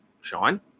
Sean